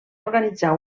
organitzar